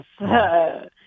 Yes